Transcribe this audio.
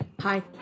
hi